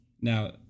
Now